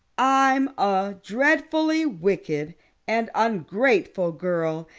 i'm a dreadfully wicked and ungrateful girl,